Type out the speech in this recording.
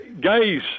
Guys